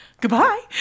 goodbye